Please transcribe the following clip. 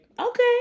Okay